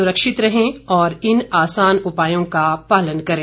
स्रक्षित रहें और इन आसान उपायों का पालन करें